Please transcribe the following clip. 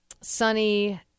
Sunny